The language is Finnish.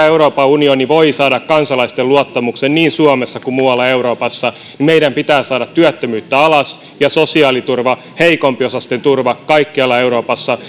euroopan unioni voi saada kansalaisten luottamuksen niin suomessa kuin muualla euroopassa meidän pitää saada työttömyyttä alas ja sosiaaliturva heikompiosaisten turva kaikkialla euroopassa